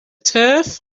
turf